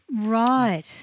Right